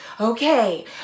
okay